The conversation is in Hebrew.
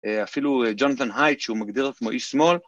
אפילו ג'ונתן היידט שהוא מגדיר את עצמו איש שמאל